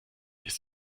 ist